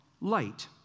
light